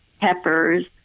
peppers